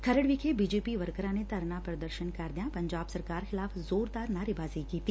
ਖਰੜ ਵਿਖੇ ਬੀਜੇਪੀ ਵਰਕਰਾਂ ਨੇ ਧਰਨਾ ਪ੍ਰਦਰਸ਼ਨ ਕਰਦਿਆਂ ਪੰਜਾਬ ਸਰਕਾਰ ਖਿਲਾਫ ਜ਼ੋਰਦਾਰ ਨਾਅਰੇਬਾਜੀ ਕੀਤੀ